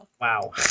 Wow